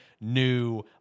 new